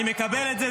אני מקבל את זה,